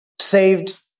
saved